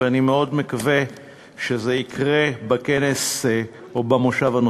ואני מאוד מקווה שזה יקרה בכנס או במושב הנוכחי.